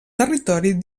territori